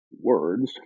words